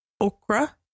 okra